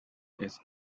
its